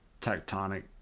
tectonic